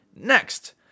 Next